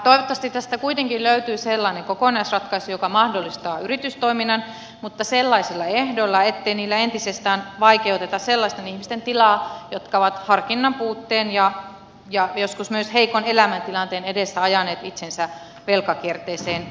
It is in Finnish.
toivottavasti tästä kuitenkin löytyy sellainen kokonaisratkaisu joka mahdollistaa yritystoiminnan mutta sellaisilla ehdoilla ettei niillä entisestään vaikeuteta sellaisten ihmisten tilaa jotka ovat harkinnan puutteen ja joskus myös heikon elämäntilanteen edessä ajaneet itsensä velkakierteeseen